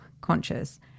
conscious